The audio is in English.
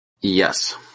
Yes